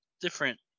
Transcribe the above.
different